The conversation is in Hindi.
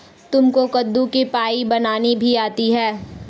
तुमको कद्दू की पाई बनानी भी आती है?